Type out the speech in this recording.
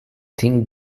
thing